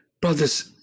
brother's